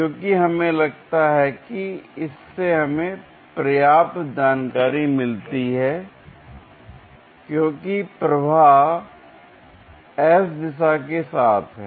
क्योंकि हमें लगता है कि इससे हमें पर्याप्त जानकारी मिलती है क्योंकि प्रवाह s दिशा के साथ है